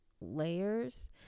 layers